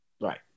Right